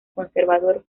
conservador